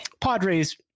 Padres